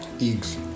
Eggs